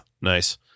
nice